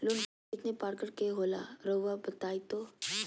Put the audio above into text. Loan कितने पारकर के होला रऊआ बताई तो?